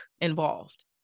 involved